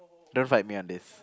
don't fight me on this